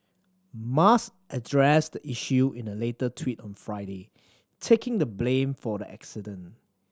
musk addressed the issue in a later tweet on Friday taking the blame for the accident